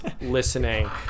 listening